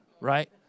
right